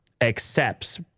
Accepts